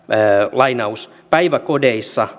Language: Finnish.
päiväkodeissa